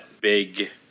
big